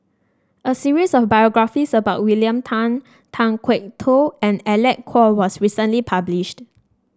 a series of biographies about William Tan Tan Kwok Toh and Alec Kuok was recently published